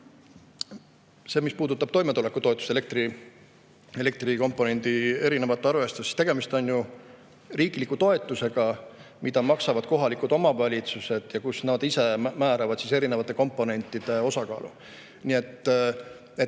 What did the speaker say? Mis puudutab toimetulekutoetuse puhul elektrikomponendi erinevat arvestust, siis tegemist on ju riikliku toetusega, mida maksavad kohalikud omavalitsused. Nad ise määravad erinevate komponentide osakaalu. Me